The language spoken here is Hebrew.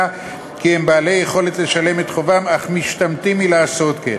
כי הם בעלי יכולת לשלם את חובם אך משתמטים מלעשות כן.